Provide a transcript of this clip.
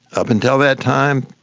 up until that time,